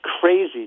crazy